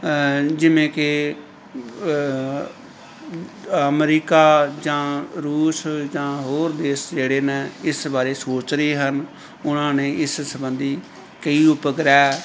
ਜਿਵੇਂ ਕਿ ਅਮਰੀਕਾ ਜਾਂ ਰੂਸ ਜਾਂ ਹੋਰ ਦੇਸ਼ ਜਿਹੜੇ ਨੇ ਇਸ ਬਾਰੇ ਸੋਚ ਰਹੇ ਹਨ ਉਹਨਾਂ ਨੇ ਇਸ ਸੰਬੰਧੀ ਕਈ ਉਪ ਗ੍ਰਹਿ